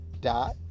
dot